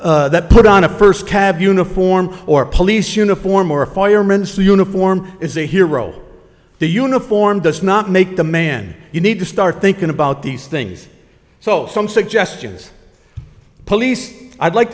that put on a first cab uniform or police uniform or a fireman so uniform is a hero the uniform does not make the man you need to start thinking about these things so some suggestions police i'd like